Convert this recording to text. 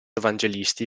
evangelisti